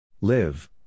Live